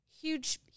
huge